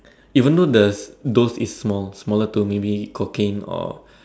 even though the those is small~ smaller to me be it cocaine or